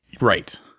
Right